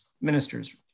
ministers